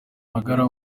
magara